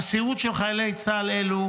המסירות של חיילי צה"ל אלה,